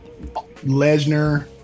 Lesnar